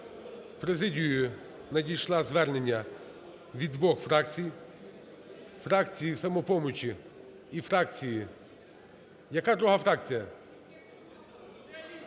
президію надійшло звернення від двох фракцій: фракції "Самопомочі" і фракції… Яка друга фракція?